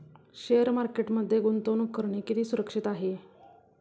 Share मार्केटमध्ये गुंतवणूक करणे किती सुरक्षित आहे?